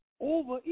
over